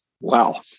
Wow